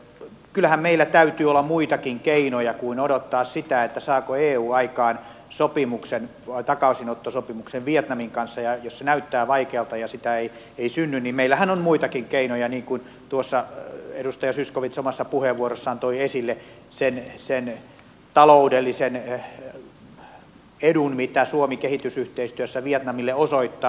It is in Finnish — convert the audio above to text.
kyllähän meillä täytyy olla muitakin keinoja kuin odottaa sitä saako eu aikaan sopimuksen takaisinottosopimuksen vietnamin kanssa ja jos se näyttää vaikealta ja sitä ei synny niin meillähän on muitakin keinoja niin kuin tuossa edustaja zyskowicz omassa puheenvuorossaan toi esille sen taloudellisen edun mitä suomi kehitysyhteistyössä vietnamille osoittaa